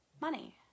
money